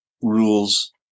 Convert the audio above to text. rules